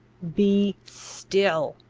be still!